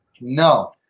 No